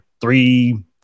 three